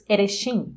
Erechim